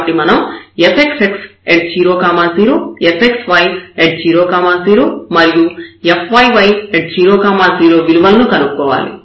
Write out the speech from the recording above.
కాబట్టి మనం fxx00 fxy00 మరియు fyy00 విలువలను కనుక్కోవాలి